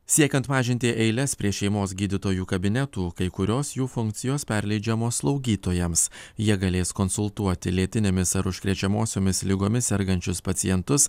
siekiant mažinti eiles prie šeimos gydytojų kabinetų kai kurios jų funkcijos perleidžiamos slaugytojams jie galės konsultuoti lėtinėmis ar užkrečiamosiomis ligomis sergančius pacientus